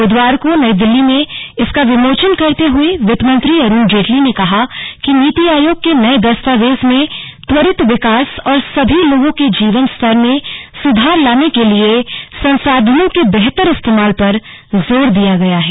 ब्धवार को नई दिल्ली में इसका विमोचन करते हुए वित्त मंत्री अरुण जेटली ने कहा कि नीति आयोग के नए दस्तावेज में त्वरित विकास और सभी लोगों के जीवन स्तर में सुधार लाने के लिए संसाधनों के बेहतर इस्तेमाल पर जोर दिया गया है